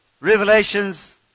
Revelations